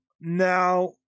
Now